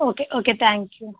okay okay thank you